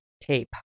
tape